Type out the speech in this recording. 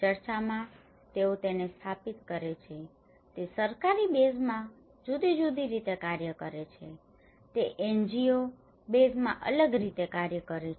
ચર્ચમાં તેઓ તેને સ્થાપિત કરે છે તે સરકારી બેઝમાં જુદી જુદી રીતે કાર્ય કરે છે તે NGO બેઝમાં અલગ રીતે કાર્ય કરે છે